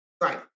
Right